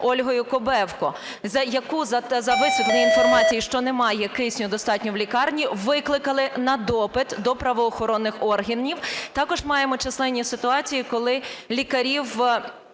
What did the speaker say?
Ольгою Кобевко, яку за висвітлення інформації, що немає кисню достатньо в лікарні, викликали на допит до правоохоронних органів. Також маємо численні ситуації, коли лікарів